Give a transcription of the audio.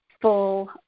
full